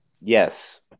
Yes